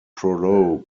prologue